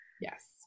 Yes